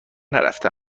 نرفته